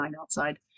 outside